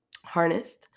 harnessed